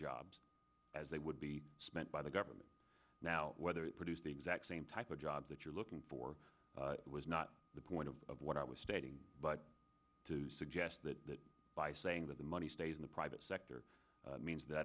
jobs as they would be spent by the government now whether it produced the exact same type of job that you're looking for was not the point of of what i was stating but to suggest that by saying that the money stays in the private sector means that